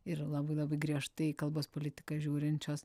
ir labai labai griežtai į kalbos politiką žiūrinčios